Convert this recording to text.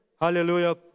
Hallelujah